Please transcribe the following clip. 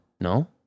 No